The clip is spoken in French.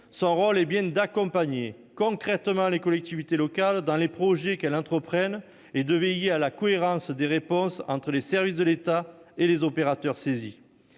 son rôle est d'accompagner concrètement les collectivités locales dans leurs projets et de veiller à la cohérence des réponses entre les services de l'État et les opérateurs saisis.